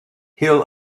hill